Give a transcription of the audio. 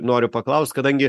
noriu paklaust kadangi